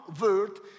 word